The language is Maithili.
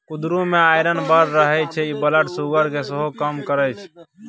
कुंदरु मे आइरन बड़ रहय छै इ ब्लड सुगर केँ सेहो कम करय छै